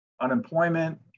unemployment